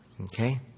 Okay